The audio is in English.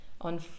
on